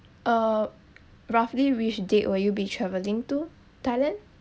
uh roughly which date will you be travelling to thailand